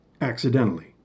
accidentally